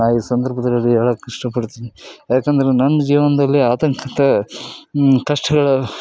ನಾವು ಈ ಸಂದರ್ಭಗಳಲ್ಲಿ ಹೇಳೋಕೆ ಇಷ್ಟಪಡ್ತೀನಿ ಯಾಕಂದ್ರೆ ನನ್ನ ಜೀವನದಲ್ಲಿ ಆತಂಕಂತ ಕಷ್ಟಗಳು